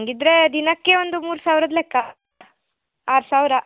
ಹಂಗಿದ್ರೆ ದಿನಕ್ಕೆ ಒಂದು ಮೂರು ಸಾವಿರದ ಲೆಕ್ಕ ಆರು ಸಾವಿರ